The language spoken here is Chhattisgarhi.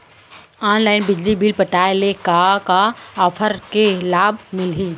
ऑनलाइन बिजली बिल पटाय ले का का ऑफ़र के लाभ मिलही?